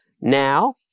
Now